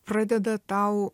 pradeda tau